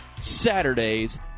Saturdays